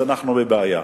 אנחנו בבעיה.